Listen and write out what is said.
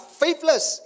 faithless